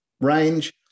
range